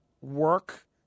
work